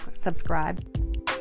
subscribe